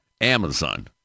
Amazon